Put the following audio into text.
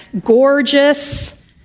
gorgeous